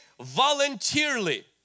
voluntarily